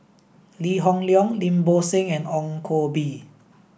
Lee Hoon Leong Lim Bo Seng and Ong Koh Bee